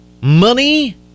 money